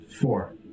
Four